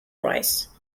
rice